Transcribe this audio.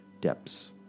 depths